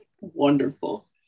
Wonderful